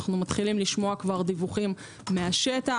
אנו שומעים דיווחים מהשטח,